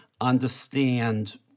understand